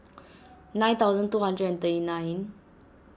nine thousand two hundred and thirty nine